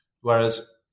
Whereas